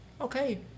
okay